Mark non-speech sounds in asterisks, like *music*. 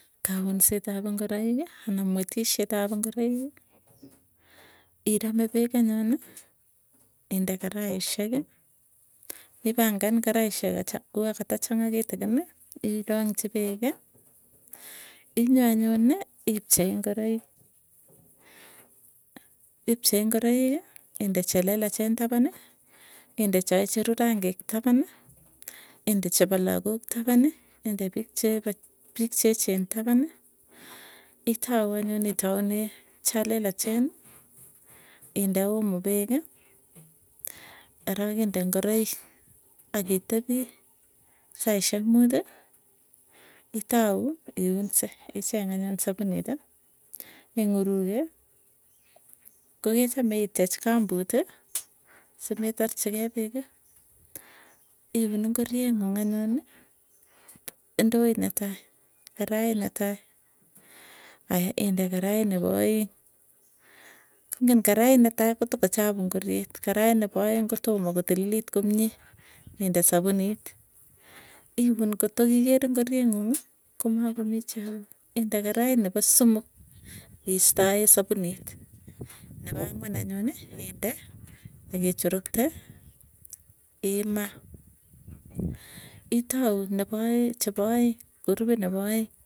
Kaunset ap ingoroik anan mwetisyet ap ingoroiki, irame peek anyuni, inde karaisyeki ipangan karaisyek kuo katachang'aa kitikini, irongchi peeki, inyoo anyuni ipchei ingoroik. Ipchei ngoroik inde chelelachen tapani, inde chaicheru rangiik tapani, inde chepo lakook tapani inde piik cheka piik cheechen tapani, itou anyun itaune chalelacheni, inde omo peeki, arok inde ingoroik. Akitepii saisyek muuti, itau iunse icheng anyun sapuniti, ing'uruke kokechame itwech kambuti simetarchi kei peeki. Iun ingorie nguung anyuni indoit netai karait netai. Aya inde karait nepo aeng ingen karait netai kotoko chapuu ngoriet, karait nepo aeng kotomo kotililit komie inde sapunit. Iun koto kiker ngoriet nguung komakomii chapuk inde karait nepo somok, istae sapunit nepa *noise* angwan *noise* anyuny inde akichurukte imaa itau nepoeng chepoeng kurupit nepo aeng.